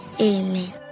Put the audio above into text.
Amen